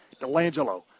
Delangelo